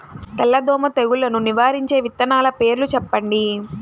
తెల్లదోమ తెగులును నివారించే విత్తనాల పేర్లు చెప్పండి?